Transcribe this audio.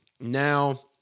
Now